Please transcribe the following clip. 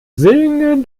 singen